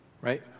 right